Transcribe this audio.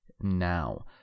Now